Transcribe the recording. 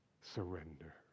Surrender